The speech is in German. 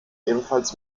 ebenfalls